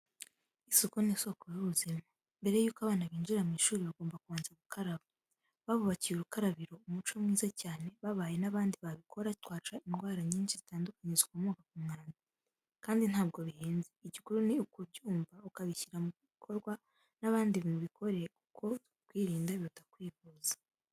Isuku ni isoko y'ubuzima. Mbere y'uko abana binjira mu ishuri bagomba kubanza bagakaraba. Babubakiye urukarabiro, umuco mwiza cyane, babaye n'abandi babikora twaca indwara nyinshi zitandukanye zikomoka ku mwanda. Kandi ntabwo bihenze, igikuru ni ukubyumva ukabishyira mu bikorwa, n'abandi mubikore kuko kwirinda biruta kwivuza.